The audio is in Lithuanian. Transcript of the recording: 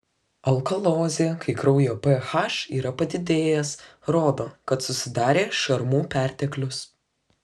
alkalozė kai kraujo ph yra padidėjęs rodo kad susidarė šarmų perteklius